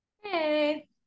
Hey